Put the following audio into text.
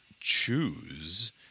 choose